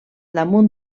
damunt